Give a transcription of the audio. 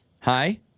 Hi